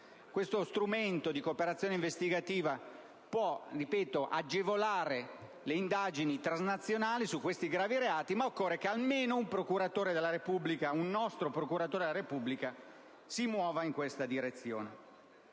Questo strumento di cooperazione investigativa può - ripeto - agevolare le indagini transnazionali su questi gravi reati, ma occorre che almeno un procuratore della Repubblica, un nostro